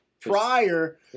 prior